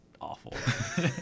awful